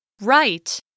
Right